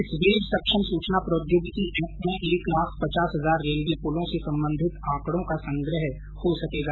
इस वेब सक्षम सूचना प्रौद्योगिकी एप में एक लाख पचास हजार रेलवे पुलों से संबंधित आंकड़ों का संग्रह हो सकेगा